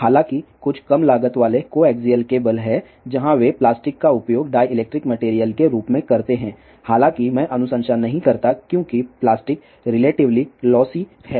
हालांकि कुछ कम लागत वाले कोएक्सियल केबल हैं जहां वे प्लास्टिक का उपयोग डाईइलेक्ट्रीक मटेरियल के रूप में करते हैं हालाँकि मैं अनुशंसा नहीं करता क्योकि प्लास्टिक रेलटीवली लोसी है